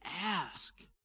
ask